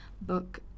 book